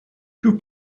two